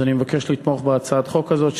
אני מבקש לתמוך בהצעת החוק הזאת,